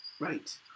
right